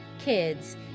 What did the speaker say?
kids